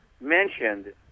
mentioned